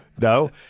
No